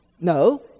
no